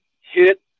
hit